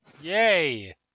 Yay